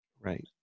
Right